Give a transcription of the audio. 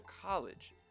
college